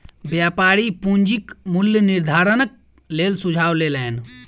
व्यापारी पूंजीक मूल्य निर्धारणक लेल सुझाव लेलैन